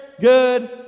good